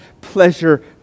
pleasure